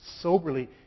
soberly